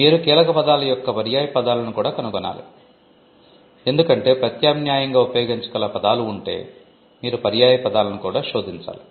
మీరు కీలకపదాల యొక్క పర్యాయపదాలను కూడా కనుగొనాలి ఎందుకంటే ప్రత్యామ్నాయంగా ఉపయోగించగల పదాలు ఉంటే మీరు పర్యాయపదాలను కూడా శోదించాలి